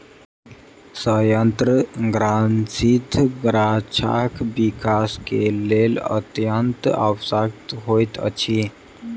सयंत्र ग्रंथिरस गाछक विकास के लेल अत्यंत आवश्यक होइत अछि